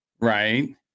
Right